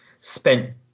spent